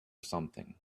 something